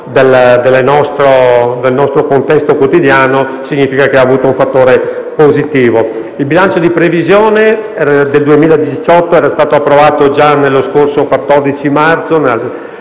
del nostro contesto quotidiano, ha rappresentato un fattore positivo. Il bilancio di previsione per il 2018 era stato approvato già nello scorso 14 marzo,